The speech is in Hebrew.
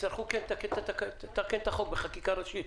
תצטרכו לתקן את החוק בחקיקה ראשית.